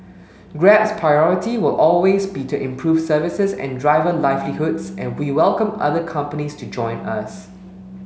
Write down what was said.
grab's priority will always be to improve services and driver livelihoods and we welcome other companies to join us